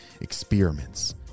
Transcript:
experiments